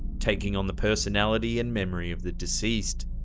taking on the personality and memory of the deceased.